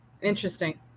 Interesting